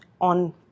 on